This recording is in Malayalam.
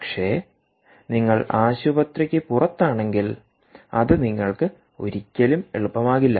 പക്ഷേ നിങ്ങൾ ആശുപത്രിക്ക് പുറത്താണെങ്കിൽഅത് നിങ്ങൾക്ക് ഒരിക്കലും എളുപ്പമാകില്ല